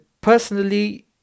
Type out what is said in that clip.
personally